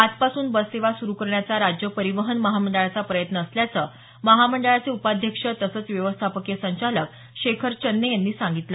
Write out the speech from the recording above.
आजपासून बससेवा सुरू करण्याचा राज्य परीवहन महामंडळाचा प्रयत्न असल्याचं महामंडळाचे उपाध्यक्ष तसंच व्यवस्थापकीय संचालक शेखर चन्ने यांनी सांगितलं